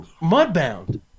Mudbound